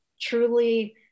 truly